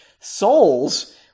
Souls